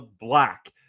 Black